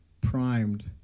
primed